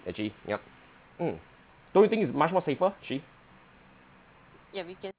actually yup mm don't you think it's much more safer actually